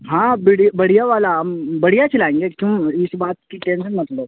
ہاں بڑھیا والا ہم بڑھیا کھلائیں گے تم اس بات کی ٹینسن مت لو